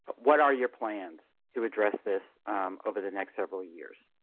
what are your plans to address this over the next several years?